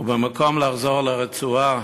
ובמקום לחזור לרצועה